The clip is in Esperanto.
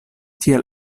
tiel